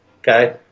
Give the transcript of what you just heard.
okay